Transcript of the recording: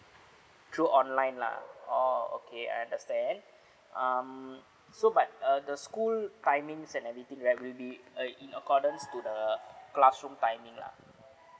through online lah oh okay I understand um so but uh the school timings and everything right will be uh in accordance to the classroom timing lah